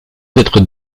être